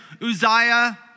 Uzziah